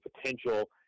potential